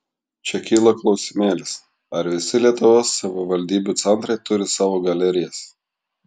čia kyla klausimėlis ar visi lietuvos savivaldybių centrai turi savo galerijas